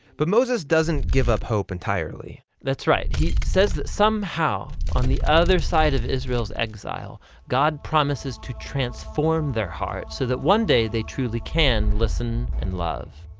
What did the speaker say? but moses doesn't give up hope entirely that's right he says that somehow on the other side israel's exile god promises to transform their heart so that one day they truly can listen and love.